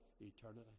eternity